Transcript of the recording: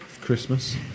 Christmas